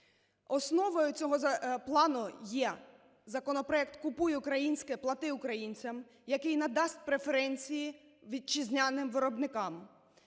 Основною цього плану є законопроект "Купуй українське, плати українцям", який надасть преференції вітчизняним виробникам.